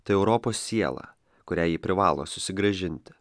tai europos sielą kurią ji privalo susigrąžinti